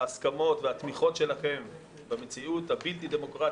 ההסכמות והתמיכות שלכם במציאות הבלתי דמוקרטית,